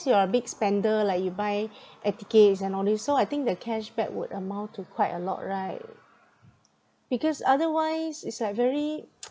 you are a big spender like you buy air tickets and all these so I think the cashback would amount to quite a lot right because otherwise it's like very